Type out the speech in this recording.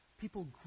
People